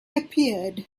appeared